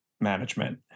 management